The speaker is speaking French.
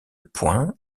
points